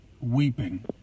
weeping